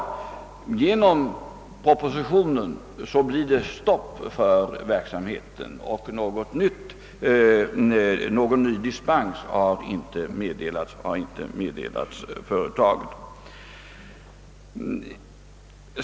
Men genom den proposition som kommer blir det stopp för bolagets verksamhet. Någon ny dispens har inte meddelats företaget.